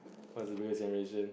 what is the generation